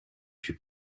piú